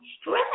stress